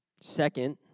Second